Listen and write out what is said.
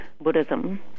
buddhism